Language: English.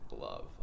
love